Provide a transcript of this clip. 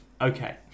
Okay